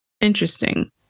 Interesting